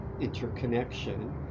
interconnection